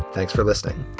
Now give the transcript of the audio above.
thanks for listening